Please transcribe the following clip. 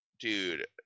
dude